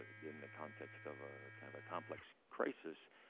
in the context of ah kind of a complex crisis,